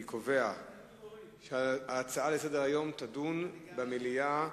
אני קובע שההצעה לסדר-היום תידון במליאה.